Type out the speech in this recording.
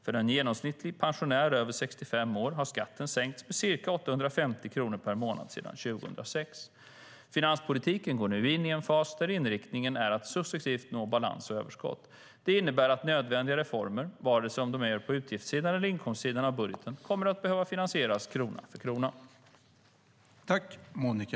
För en genomsnittlig pensionär över 65 år har skatten sänkts med cirka 850 kronor per månad sedan 2006. Finanspolitiken går nu in i en fas där inriktningen är att successivt nå balans och överskott. Det innebär att nödvändiga reformer, vare sig de är på utgifts eller inkomstsidan av budgeten, kommer att behöva finansieras krona för krona.